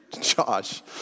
Josh